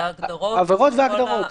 זה ההגדרות --- העבירות וההגדרות.